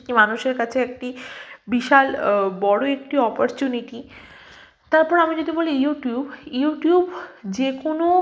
সেটি মানুষের কাছে একটি বিশাল বড়ো একটি অপারচুনিটি তারপর আমি যদি বলি ইউটিউব ইউটিউব যে কোনো